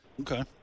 Okay